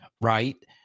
right